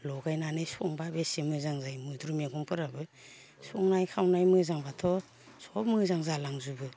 लगायनानै संब्ला बेसे मोजां जायो मैद्रु मैगंफोराबो संनाय खावनाय मोजांब्लाथ' सब मोजां जालांजुबो